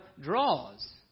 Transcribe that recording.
draws